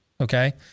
okay